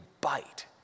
bite